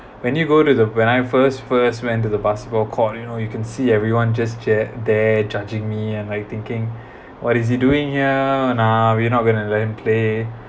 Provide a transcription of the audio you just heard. when you go to the when I first first went to the basketball court you know you can see everyone just there judging me and like thinking what is he doing here and ah we are not going to let him play